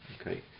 Okay